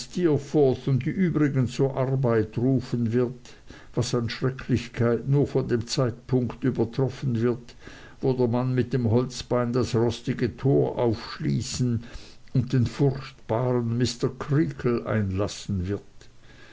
und die übrigen zur arbeit rufen wird was an schrecklichkeit nur von dem zeitpunkt übertroffen wird wo der mann mit dem holzbein das rostige tor aufschließen und den furchtbaren mr creakle einlassen wird